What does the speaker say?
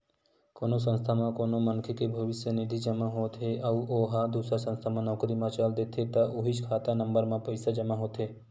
कोनो संस्था म कोनो मनखे के भविस्य निधि जमा होत हे अउ ओ ह दूसर संस्था म नउकरी म चल देथे त उहींच खाता नंबर म पइसा जमा होथे